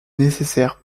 nécessaire